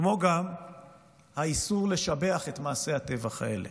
כמו גם האיסור לשבח את מעשי הטבח האלה.